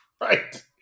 right